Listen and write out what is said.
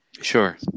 Sure